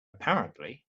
apparently